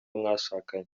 mwashakanye